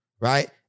right